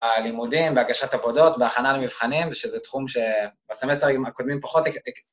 הלימודים, בהגשת עבודות, בהכנה למבחנים ושזה תחום שבסימסטרים הקודמים פחות...